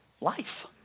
life